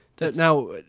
Now